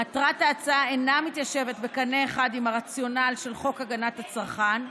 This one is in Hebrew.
מטרת ההצעה אינה עולה בקנה אחד עם הרציונל של חוק הגנת הצרכן,